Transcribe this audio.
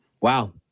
Wow